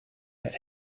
that